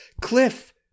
Cliff